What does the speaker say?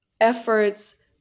efforts